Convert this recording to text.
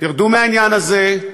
תרדו מהעניין הזה,